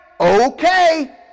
okay